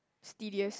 it's tedious